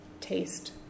taste